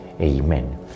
Amen